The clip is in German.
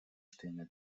stehende